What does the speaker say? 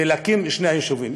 ולהקים את שני היישובים.